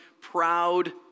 proud